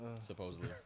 Supposedly